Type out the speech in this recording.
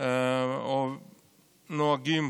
נוהגים